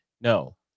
No